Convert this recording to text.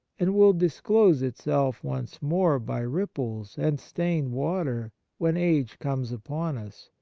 and will disclose itself once more by ripples and stained water when age comes upon us,